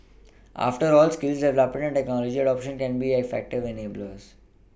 after all skills development and technology adoption can be effective enablers